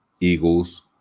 Eagles